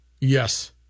Yes